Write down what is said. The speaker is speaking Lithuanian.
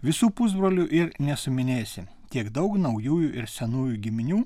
visų pusbrolių ir nesuminėsi tiek daug naujųjų ir senųjų giminių